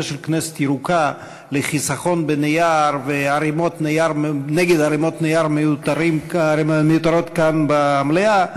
כנסת ירוקה לחיסכון בנייר ונגד ערמות נייר מיותרות כאן במליאה,